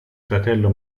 fratello